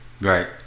Right